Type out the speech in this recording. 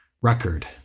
record